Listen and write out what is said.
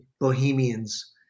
Bohemians